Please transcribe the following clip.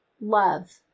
love